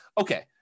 okay